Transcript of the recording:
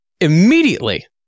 immediately